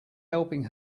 helping